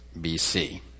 BC